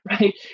right